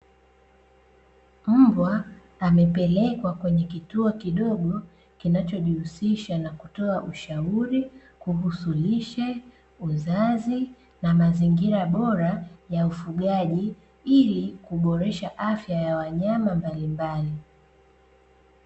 Mbwa amepelekwa kwenye kituo kidogo kinachojihusisha na kutoa ushauri kuhusu lishe, uzazi, na mazingira bora ya ufugaji, ili kuboresha afya ya wanyama mbalimbali.